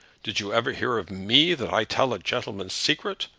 did you ever hear of me that i tell a gentleman's secret?